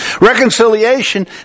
Reconciliation